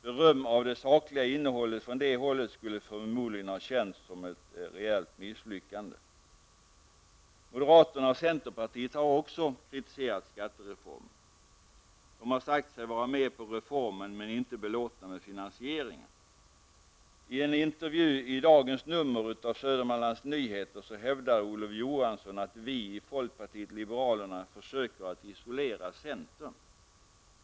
Beröm av det sakliga innehållet från det hållet skulle förmodligen ha känts som ett rejält misslyckande. Moderaterna och centerpartiet har också kritiserat skattereformen. De har sagt sig vara med på reformen men inte belåtna med finansieringen. I en intervju i dagens nummer av Södermanlands Nyheter hävdar Olof Johansson att vi i folkpartiet liberalerna försöker att isolera centern.